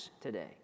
today